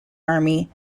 army